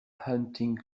hunting